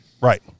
Right